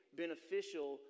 beneficial